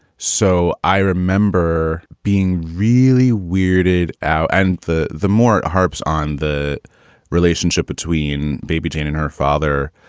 so i remember being really weirded out. and the the more harps on the relationship between baby jane and her father,